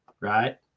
right